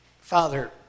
Father